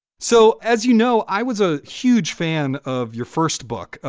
so, as you know, i was a huge fan of your first book,